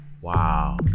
wow